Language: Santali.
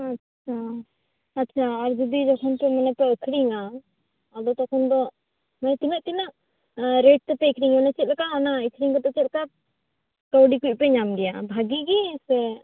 ᱟᱪᱪᱷᱟ ᱟᱨ ᱡᱩᱫᱤ ᱡᱚᱠᱷᱚᱱ ᱯᱮ ᱢᱮᱱᱟ ᱯᱮ ᱟ ᱠᱷᱨᱤᱧᱟ ᱟᱫᱚ ᱛᱚᱠᱷᱚᱱ ᱫᱚ ᱢᱟᱱᱮ ᱛᱤᱱᱟ ᱜ ᱛᱤᱱᱟ ᱜ ᱨᱮᱴ ᱛᱮᱯᱮ ᱟ ᱠᱷᱨᱤᱧᱟ ᱚᱱᱟ ᱪᱮᱫᱞᱮᱠᱟ ᱚᱱᱟ ᱟ ᱠᱷᱨᱤᱧ ᱫᱚᱯᱮ ᱪᱮᱫᱞᱮᱠᱟ ᱠᱟ ᱣᱰᱤ ᱠᱩᱡ ᱯᱮ ᱧᱟᱢ ᱜᱮᱭᱟ ᱵᱷᱟᱜᱮ ᱜᱮ ᱥᱮ